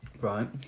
right